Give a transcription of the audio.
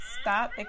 stop